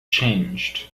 changed